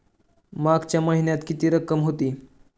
मागच्या महिन्यात किती रक्कम होती?